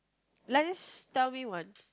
like just tell me one